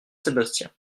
sébastien